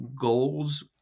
goals